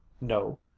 No